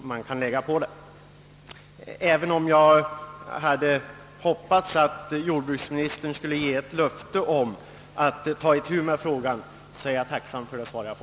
Även om jordbruksministern här inte, som jag hade hoppats, avgivit nå got löfte om att ta itu med frågan, är jag tacksam för svaret.